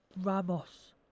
Ramos